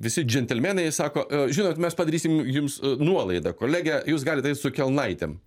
visi džentelmenai sako žinot mes padarysim jums nuolaidą kolege jūs galit eit su kelnaitėm